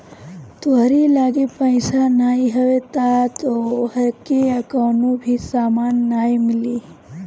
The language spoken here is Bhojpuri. तोहरी लगे पईसा नाइ हवे तअ तोहके कवनो भी सामान नाइ मिली